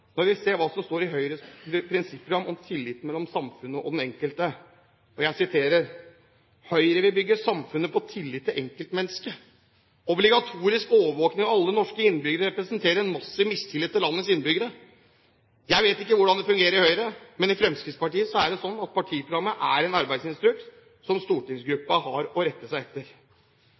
når vi ser hva som står i Høyres prinsipprogram om tilliten mellom samfunnet og den enkelte. Jeg siterer: «Høyre vil bygge samfunnet på tillit til enkeltmennesket.» Obligatorisk overvåkning av alle norske innbyggere representerer en massiv mistillit til landets innbyggere. Jeg vet ikke hvordan det fungerer i Høyre, men i Fremskrittspartiet er det slik at partiprogrammet er en arbeidsinstruks som stortingsgruppen har å rette seg etter.